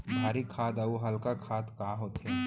भारी खाद अऊ हल्का खाद का होथे?